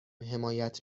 حمایت